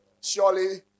Surely